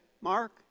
Mark